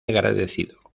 agradecido